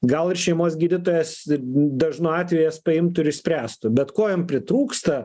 gal ir šeimos gydytojas dažnu atveju jas paimtų ir išspręstų bet ko jam pritrūksta